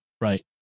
Right